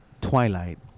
Twilight